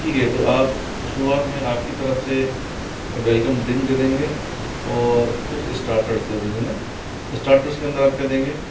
ठीक है तो आप शुरुआत में आप की तरफ़ से वेलकम ड्रिंक दे देंगे और कुछ इस्टार्टर्स दे देंगे ना स्टार्टर्स के अंदर आप क्या देंगे